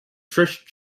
trish